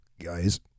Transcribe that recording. Guys